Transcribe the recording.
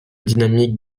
dynamique